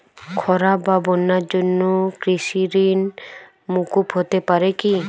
খরা বা বন্যার জন্য কৃষিঋণ মূকুপ হতে পারে কি?